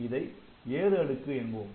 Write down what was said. இதை ஏறு அடுக்கு என்போம்